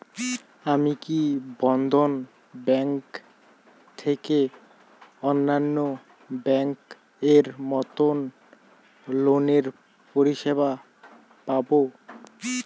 আমি কি বন্ধন ব্যাংক থেকে অন্যান্য ব্যাংক এর মতন লোনের পরিসেবা পাব?